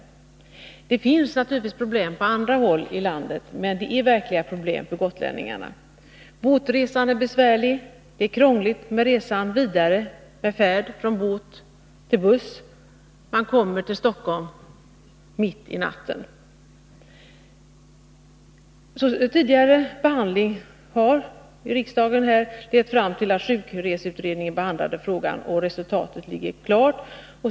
Visst finns det problem på andra håll i landet, men problemen för gotlänningarna kan lösas. Båtresan är besvärlig. Resan vidare från båten till buss är krånglig. Man kommer sedan till Stockholm mitt i natten. Tidigare behandling här i riksdagen ledde till att sjukreseutredningen behandlade frågan. Resultatet av den utredningen ligger klart.